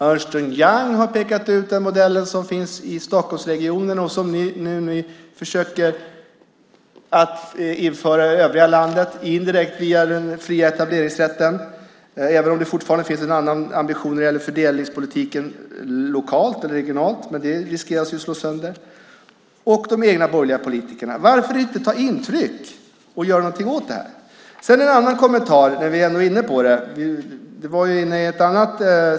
Ernst & Young har pekat ut den modell som finns i Stockholmsregionen och som ni nu försöker att införa i övriga landet, indirekt via den fria etableringsrätten, även om det fortfarande finns en annan ambition när det gäller fördelningspolitiken lokalt eller regionalt. Men det riskerar att slås sönder. Det handlar också om de egna borgerliga politikerna. Varför inte ta intryck av vad de säger och göra något åt det här? Det finns en annan kommentar när vi ändå är inne på det.